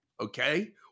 okay